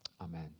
Amen